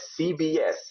CBS